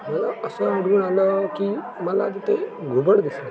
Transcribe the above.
मला असं अनुभव आलं की मला तिथे घुबड दिसलं